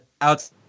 out